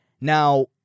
now